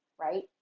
right